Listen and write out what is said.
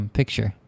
picture